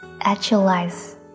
actualize